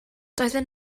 doedden